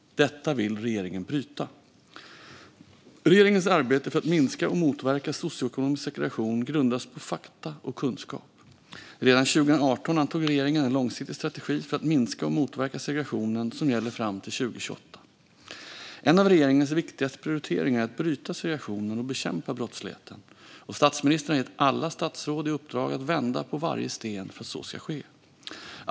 Detta vill regeringen bryta. Regeringens arbete för att minska och motverka socioekonomisk segregation grundas på fakta och kunskap. Redan 2018 antog regeringen en långsiktig strategi för att minska och motverka segregationen, som gäller fram till 2028. En av regeringens viktigaste prioriteringar är att bryta segregationen och bekämpa brottsligheten, och statsministern har gett alla statsråd i uppdrag att vända på varje sten för att så ska ske.